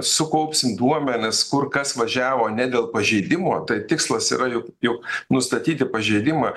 sukaupsim duomenis kur kas važiavo ne dėl pažeidimo tai tikslas yra juk jau nustatyti pažeidimą